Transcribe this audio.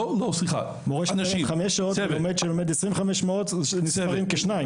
מורה שמלמד חמש שעות ומורה שמלמד 25 שעות נספרים כשניים.